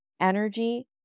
energy